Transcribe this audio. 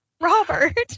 robert